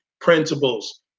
principles